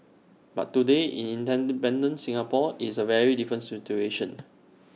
but today in independent Singapore is A very different situation